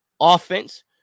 offense